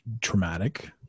traumatic